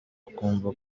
akumva